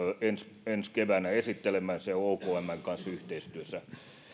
ensi ensi keväänä esittelemään se on okmn kanssa yhteistyössä